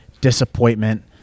disappointment